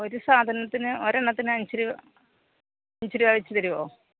ഒരു സാധാനത്തിന് ഒരെണ്ണത്തിന് അഞ്ച് രൂപ അഞ്ച് രൂപാവെച്ച് തരുമോ